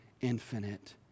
infinite